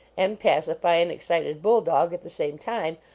and pacify an excited bull-dog at the same time,